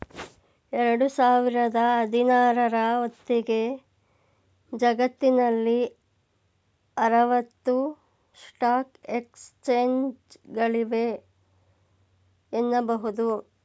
ಎರಡು ಸಾವಿರದ ಹದಿನಾರ ರ ಹೊತ್ತಿಗೆ ಜಗತ್ತಿನಲ್ಲಿ ಆರವತ್ತು ಸ್ಟಾಕ್ ಎಕ್ಸ್ಚೇಂಜ್ಗಳಿವೆ ಎನ್ನುಬಹುದು